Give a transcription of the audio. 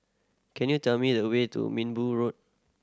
can you tell me the way to Minbu Road